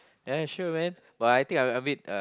ya sure man but I think I'm I'm a bit uh